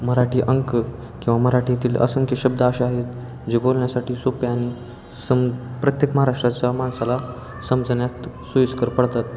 मराठी अंक किंवा मराठीतील असंख्य शब्द असे आहेत जे बोलण्यासाठी सोपे आणि सम प्रत्येक महाराष्ट्राच्या माणसाला समजण्यात सोयीस्कर पडतात